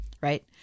right